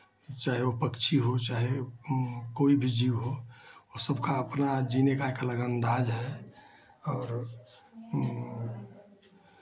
चाहे वो पक्षी हो चाहे कोई भी जीव हो वो सबका अपना जीने का एक अलग अंदाज़ है और